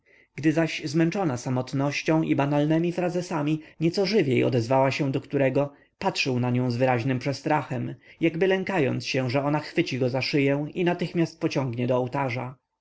gdy zaś zmęczona samotnością i banalnemi frazesami nieco żywiej odezwała się do którego patrzył na nią z wyraźnym przestrachem jakby lękając się że ona chwyci go za szyję i natychmiast pociągnie do ołtarza